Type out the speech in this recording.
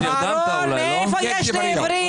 מאיפה יש לי עברית?